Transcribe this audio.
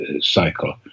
cycle